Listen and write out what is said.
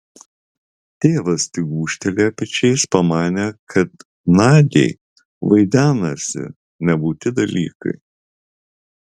tėvas tik gūžtelėjo pečiais pamanė kad nadiai vaidenasi nebūti dalykai